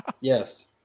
Yes